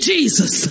Jesus